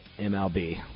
MLB